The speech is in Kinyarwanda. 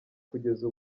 kugeza